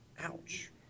Ouch